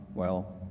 well,